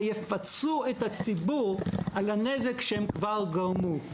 ויפצו את הציבור על הנזק שהם כבר גרמו.